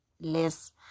less